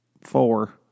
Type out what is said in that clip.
four